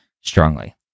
strongly